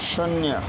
शून्य